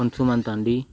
Anshuman Tandi